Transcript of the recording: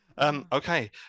okay